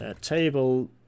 Table